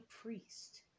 priest